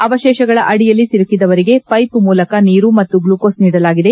ಅವಶೇಷಗಳ ಅಡಿಯಲ್ಲಿ ಸಿಲುಕಿದವರಿಗೆ ಷೈಪ್ ಮೂಲಕ ನೀರು ಮತ್ತು ಗ್ಲೂಕೋಸ್ ನೀಡಲಾಗಿದೆ